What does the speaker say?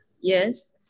Yes